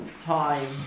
time